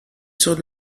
sur